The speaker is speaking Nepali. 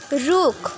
रुख